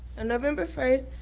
ah november first,